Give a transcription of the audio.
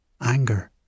anger